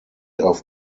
auf